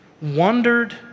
wondered